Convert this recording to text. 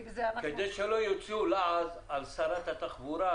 כי בזה אנחנו --- כדי שלא יוציאו לעז על שרת התחבורה,